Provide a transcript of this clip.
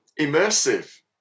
immersive